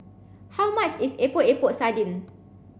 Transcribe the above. how much is Epok Epok Sardin